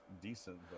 decent